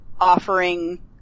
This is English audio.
offering